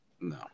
No